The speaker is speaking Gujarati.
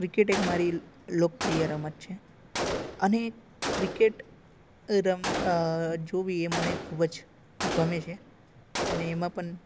ક્રિકેટ એક મારી લોકપ્રિય રમત છે અને ક્રિકેટ જોવી એ મને ખૂબ જ ગમે છે અને એમાં પણ